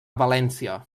valència